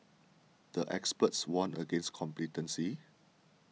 the experts warned against complacency